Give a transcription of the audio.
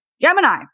gemini